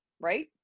right